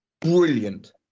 brilliant